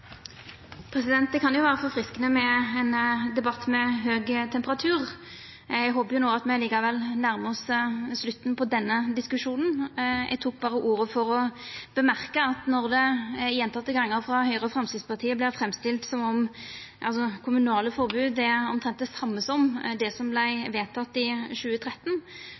Det kan jo vera forfriskande med ein debatt med høg temperatur. Eg håpar at me likevel nærmar oss slutten på denne diskusjonen. Eg tok berre ordet for å seia at når det gjentekne gonger frå Høgre og Framstegpartiet si side vart framstilt som om dei kommunale forboda er om lag dei same som dei som vart vedtekne i 2013,